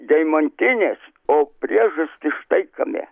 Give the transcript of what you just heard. deimantines o priežastys štai kame